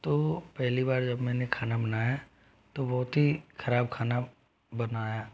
तो पहली बार जब मैंने खाना बनाया तो बहुत ही ख़राब खाना बनाया